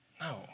No